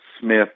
Smith